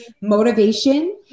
motivation